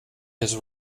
his